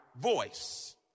voice